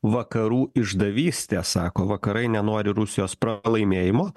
vakarų išdavystės sako vakarai nenori rusijos pralaimėjimo